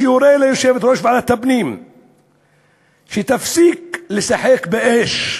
שיורה ליושבת-ראש ועדת הפנים שתפסיק לשחק באש,